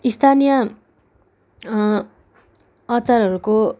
स्थानीय अचारहरूको